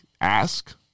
ask